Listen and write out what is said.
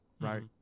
right